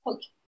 Okay